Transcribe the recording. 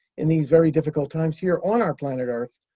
in these very difficult times here on our planet earth,